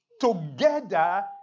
together